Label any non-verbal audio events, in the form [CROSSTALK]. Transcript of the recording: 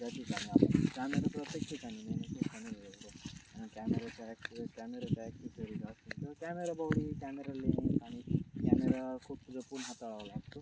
त्या ठिकाणी आपण कॅमेरा [UNINTELLIGIBLE] कॅमेराचा कॅमेरा [UNINTELLIGIBLE] कॅमेरा [UNINTELLIGIBLE] कॅमेरा [UNINTELLIGIBLE] आणि कॅमेरा खूप जपून हाताळावा लागतो